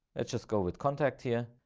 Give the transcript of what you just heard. let's just go with contact here.